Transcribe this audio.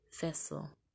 vessel